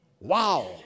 Wow